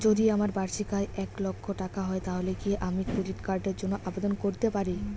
যদি আমার বার্ষিক আয় এক লক্ষ টাকা হয় তাহলে কি আমি ক্রেডিট কার্ডের জন্য আবেদন করতে পারি?